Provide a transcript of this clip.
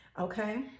Okay